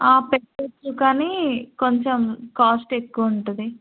పెట్టవచ్చు కానీ కొంచెం కాస్ట్ ఎక్కువ ఉంటుంది